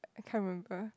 I can't remember